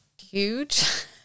huge